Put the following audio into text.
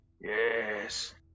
Yes